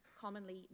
commonly